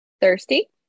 Thirsty